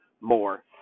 more